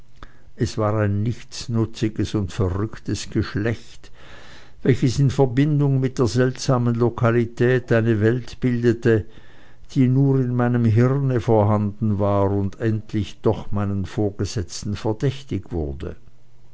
es war ein nichtsnutziges und verrücktes geschlecht welches in verbindung mit der seltsamen lokalität eine welt bildete die nur in meinem gehirne vorhanden war und endlich doch meinem vorgesetzten verdächtig wurde